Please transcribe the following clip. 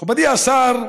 מכובדי השר,